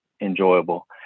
enjoyable